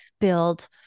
build